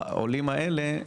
העולים האלה,